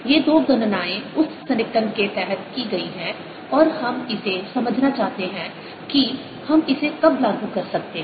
ये दो गणनाएं उस सन्निकटन के तहत की गई हैं और हम इसे समझना चाहते हैं कि हम इसे कब लागू कर सकते हैं